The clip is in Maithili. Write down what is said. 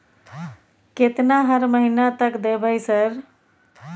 केतना हर महीना तक देबय सर?